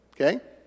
Okay